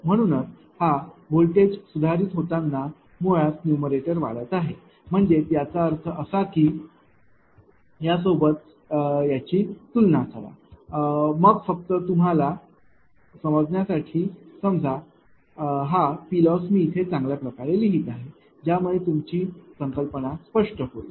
म्हणूनच हा व्होल्टेज सुधारित होताच मुळात न्यूमरेटर वाढत आहे म्हणजेच याचा अर्थ असा की या सोबत याची तुलना करा मग फक्त तुम्हाला समजण्यासाठी समजा हा PLoss मी इथे चांगल्या प्रकारे लिहीत आहे ज्यामुळे तुमची संकल्पना स्पष्ट होईल